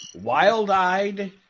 wild-eyed